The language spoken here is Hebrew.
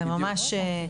זה ממש.